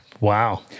Wow